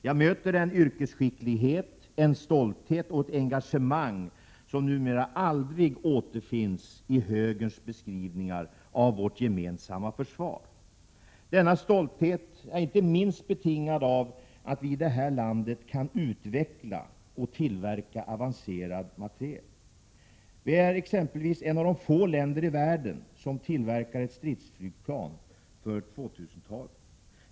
Jag möter en yrkesskicklighet, en stolthet och ett engagemang som numera aldrig återfinns i högerns beskrivningar av vårt gemensamma försvar. Denna stolthet är inte minst betingad av att vi i det här landet kan utveckla och tillverka avancerad materiel. Vi är exempelvis ett av de få länderna i världen som tillverkar stridsflygplan för 2000-talet.